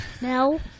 No